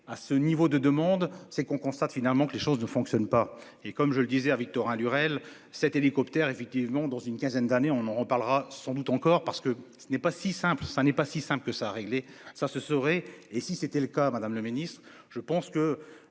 à ce niveau de, de monde c'est qu'on constate finalement que les choses ne fonctionnent pas et comme je le disais à Victorin Lurel cet hélicoptère effectivement dans une quinzaine d'années, on en parlera sans doute encore parce que ce n'est pas si simple. Ça n'est pas si simple que ça a réglé ça se saurait. Et si c'était le cas Madame le Ministre je pense que